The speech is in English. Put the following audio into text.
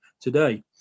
today